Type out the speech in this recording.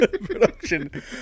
Production